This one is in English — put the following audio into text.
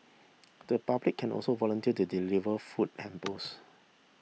the public can also volunteer to deliver food hampers